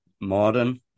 modern